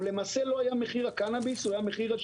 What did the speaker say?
הוא למעשה לא היה מחיר הקנביס, הוא היה השרות.